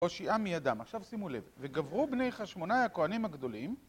הושיעה מידם. עכשיו שימו לב, וגברו בני חשמונא הכהנים הגדולים